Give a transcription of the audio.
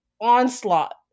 onslaught